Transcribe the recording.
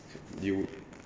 you